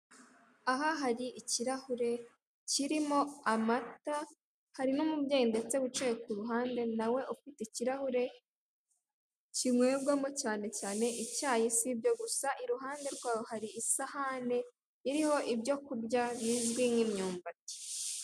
Aha hari ikirahure kirimo amata hari n'umubyeyi ndetse wicaye ku ruhande nawe ufite ikirahure kinywebwamo cyane cyane icyayi, si ibyo gusa iruhande rwaho hari isahane iriho ibyo kurya bizwi nk'imyumbati.